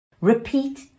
Repeat